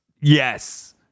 Yes